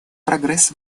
прогресс